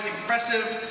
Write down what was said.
impressive